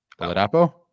Oladapo